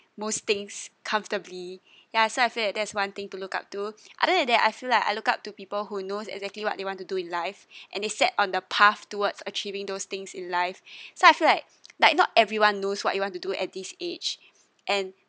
most things comfortably ya so I feel that that's one thing to look up to other than that I feel like I look up to people who knows exactly what they want to do in life and they set on the path towards achieving those things in life so I feel like like not everyone knows what you want to do at this age and